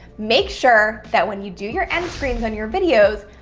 make sure that when you do your end screens on your videos,